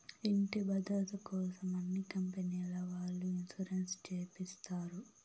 ఇంటి భద్రతకోసం అన్ని కంపెనీల వాళ్ళు ఇన్సూరెన్స్ చేపిస్తారు